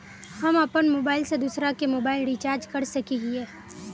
हम अपन मोबाईल से दूसरा के मोबाईल रिचार्ज कर सके हिये?